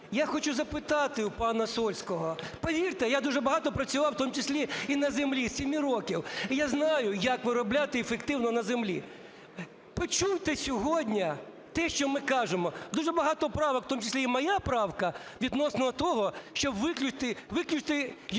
Я хочу запитати у пана Сольського. Повірте, я дуже багато працював, в тому числі, і на землі із семи років, і я знаю, як виробляти ефективно на землі. Почуйте сьогодні те, що ми кажемо. Дуже багато правок, в тому числі і моя правка, відносно того, щоб виключити юридичні